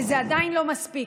וזה עדיין לא מספיק,